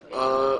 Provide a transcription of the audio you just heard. לצרף.